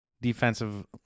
defensive